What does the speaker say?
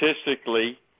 statistically